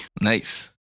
Nice